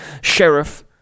sheriff